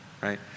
right